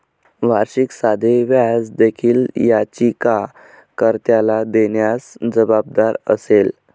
वार्षिक साधे व्याज देखील याचिका कर्त्याला देण्यास जबाबदार असेल